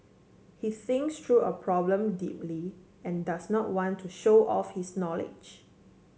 he thinks through a problem deeply and does not want to show off his knowledge